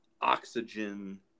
Oxygen